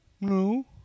No